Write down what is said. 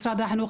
משרד החינוך,